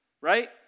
right